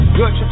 good